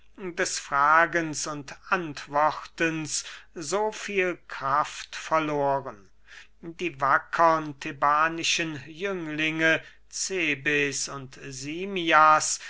des fragens und antwortens so viel kraft verloren die wackern thebanischen jünglinge cebes und simmias